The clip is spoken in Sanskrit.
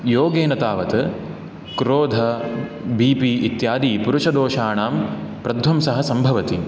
योगेन तावत् क्रोध बिपि इत्यादिपुरुषदोषाणां प्रध्वंसः सम्भवति